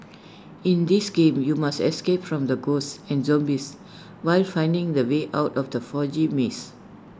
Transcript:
in this game you must escape from the ghosts and zombies while finding the way out of the foggy maze